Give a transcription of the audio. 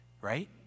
Right